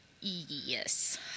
Yes